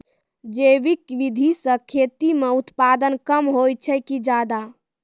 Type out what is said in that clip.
जैविक विधि से खेती म उत्पादन कम होय छै कि ज्यादा?